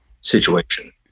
situation